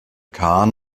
kahn